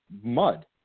mud